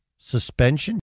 Suspension